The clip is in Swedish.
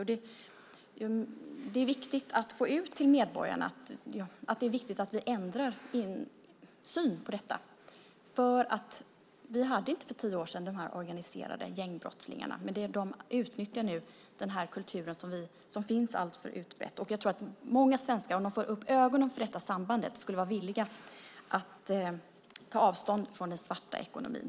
Det är viktigt att få ut till medborgarna att det är viktigt att ändra synen på detta. För tio år sedan hade vi inte de här organiserade gängbrottslingarna, men de utnyttjar nu den här kulturen som finns alltför brett. Jag tror att många svenskar, om de får upp ögonen för detta samband, skulle vara villiga att ta avstånd från den svarta ekonomin.